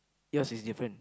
yours is different